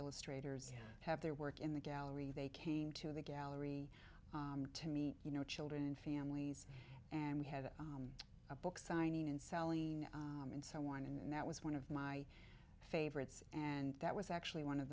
illustrators have their work in the gallery they came to the gallery to meet you know children and families and we have a book signing and selling and so on in that was one of my favorites and that was actually one of